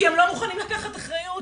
כי הם לא מוכנים לקחת אחריות,